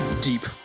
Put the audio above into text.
deep